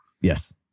yes